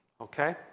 Okay